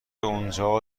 اونجا